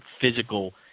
physical